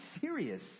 serious